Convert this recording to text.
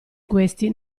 questi